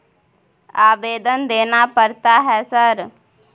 आवेदन देना पड़ता है सर?